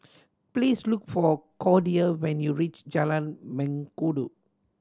please look for Cordia when you reach Jalan Mengkudu